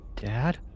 Dad